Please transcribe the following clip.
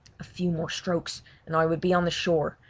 a few more strokes and i would be on the shore,